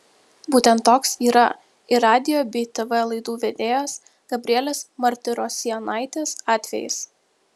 būtent toks yra ir radijo bei tv laidų vedėjos gabrielės martirosianaitės atvejis